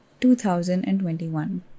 2021